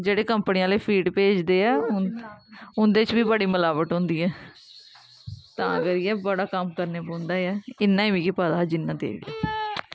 जेह्ड़े कंपनी आह्ले फीड भेजदे ऐ उंदे च बी बड़ी मलावट होदी ऐ तां करियै बड़ा कम्म करने पौंदा ऐ इन्ना गै मिगी पता ऐ जिन्ना देई ओड़ेआ